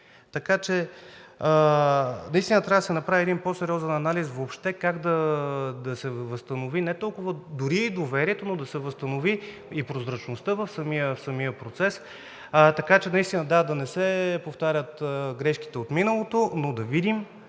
така че наистина трябва да се направи един по-сериозен анализ въобще как да се възстанови не толкова дори и доверието, но да се възстанови и прозрачността в самия процес, така че наистина да не се повтарят грешките от миналото, но да видим